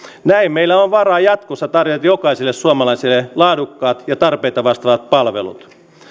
näin meillä on varaa jatkossa tarjota jokaiselle suomalaiselle laadukkaat ja tarpeita vastaavat palvelut